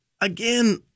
again